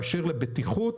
באשר לבטיחות,